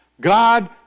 God